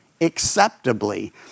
acceptably